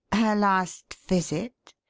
her last visit?